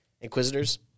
Inquisitors